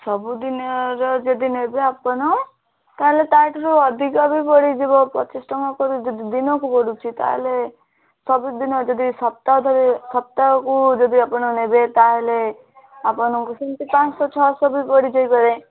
ସବୁ ଦିନର ଯଦି ନେବେ ଆପଣ ତାହାହେଲେ ତାଠାରୁ ଅଧିକ ବି ପଡ଼ିଯିବ ପଚିଶି ଟଙ୍କା କରି ଯଦି ଦିନକୁ ପଡ଼ୁଛି ତାହେଲେ ସବୁଦିନ ଯଦି ସପ୍ତାହଧରି ସପ୍ତାହକୁ ଯଦି ଆପଣ ନେବେ ତାହେଲେ ଆପଣଙ୍କୁ ସେମିତି ପାଞ୍ଚଶହ ଛଅଶହ ବି ପଡ଼ି ଯାଇପାରେ